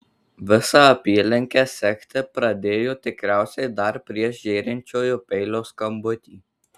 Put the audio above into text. visą apylinkę sekti pradėjo tikriausiai dar prieš žėrinčiojo peilio skambutį